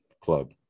club